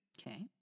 Okay